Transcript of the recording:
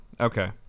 Okay